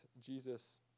Jesus